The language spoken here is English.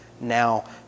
now